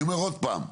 אני אומר עוד פעם,